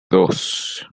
dos